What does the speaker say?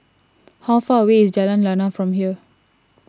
how far away is Jalan Lana from here